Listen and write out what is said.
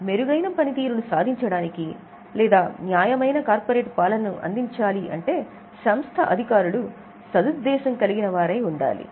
కాబట్టి మెరుగైన పనితీరును సాధించడానికి లేదా న్యాయమైన కార్పొరేట్ పాలనను అందించాలంటే సంస్థ అధికారులు సదుద్దేశం కలిగిన వారై ఉండాలి